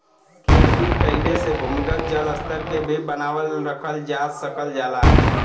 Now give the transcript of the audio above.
खेती कइले से भूमिगत जल स्तर के भी बनावल रखल जा सकल जाला